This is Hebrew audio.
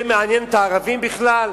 זה מעניין את הערבים בכלל?